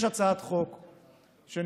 יש הצעת חוק שניסחנו,